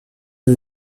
sie